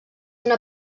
una